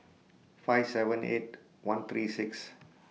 five seven eight one three six